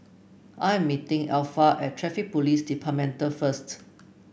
I am meeting Alpha at Traffic Police Department first